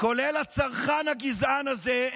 כולל הצרחן הגזען הזה,